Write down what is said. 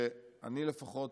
ואני לפחות